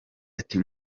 ati